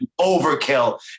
Overkill